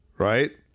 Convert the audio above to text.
Right